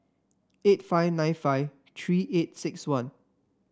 eight five nine five three eight six one